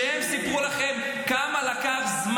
שסיפרו לכם כמה זמן לקח,